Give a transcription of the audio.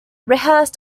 rehearsed